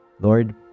Lord